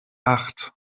acht